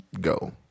go